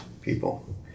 people